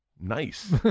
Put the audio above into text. Nice